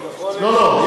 לא, לא.